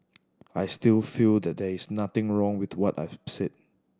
I still feel that there is nothing wrong with what I've said